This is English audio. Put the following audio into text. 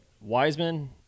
Wiseman